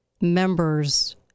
members